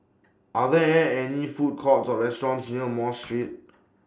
Are There An any Food Courts Or restaurants near Mosque Street